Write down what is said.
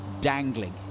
dangling